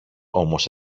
όμως